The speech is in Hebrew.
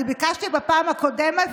אני ביקשתי בפעם הקודמת,